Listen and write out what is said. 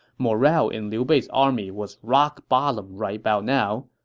morale in liu bei's army was rock bottom right about now.